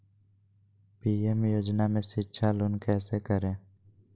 PM योजना में शिक्षा लोन कैसे करें?